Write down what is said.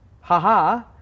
haha